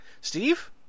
Steve